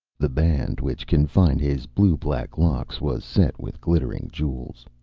the band which confined his blue-black locks was set with glittering jewels.